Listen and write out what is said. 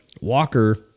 walker